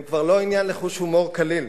הם כבר לא עניין לחוש הומור קליל,